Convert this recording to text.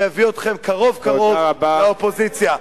ויביא אתכם קרוב-קרוב לאופוזיציה.